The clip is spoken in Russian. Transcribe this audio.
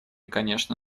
конечно